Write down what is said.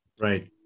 right